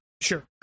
sure